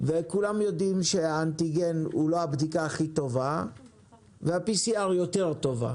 וכולם יודעים שהאנטיגן הוא לא הבדיקה הכי טובה וה- PCR יותר טובה,